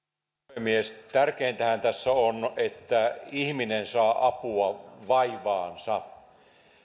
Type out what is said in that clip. puhemies tärkeintähän tässä on että ihminen saa apua vaivaansa